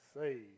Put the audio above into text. saved